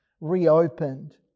reopened